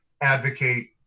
advocate